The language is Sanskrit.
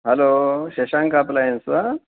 हलो शशाङ्क अप्लैयन्स् वा